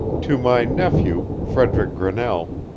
to my nephew, frederick grinnell,